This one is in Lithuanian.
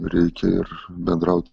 reikia ir bendraut